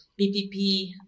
PPP